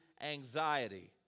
anxiety